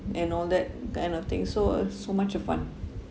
and all that kind of thing so uh so much of fun